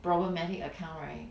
problematic account right